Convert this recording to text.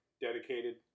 dedicated